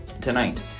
tonight